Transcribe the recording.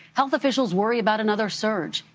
health officials worry about another surge.